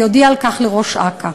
ויודיע על כך לראש אכ"א.